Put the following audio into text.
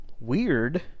weird